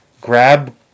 Grab